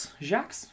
Jacques